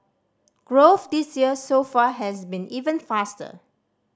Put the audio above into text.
growth this year so far has been even faster